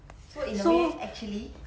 so